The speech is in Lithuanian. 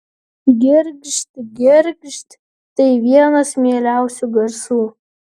girgžt girgžt tai vienas mieliausių garsų